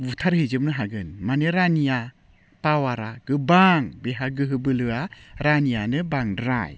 बुथारहैजोबनो हागोन मानि रानिया पावारा गोबां बिहा गोहो बोलोआ रानियानो बांद्राय